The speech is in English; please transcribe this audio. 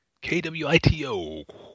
K-W-I-T-O